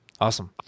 Awesome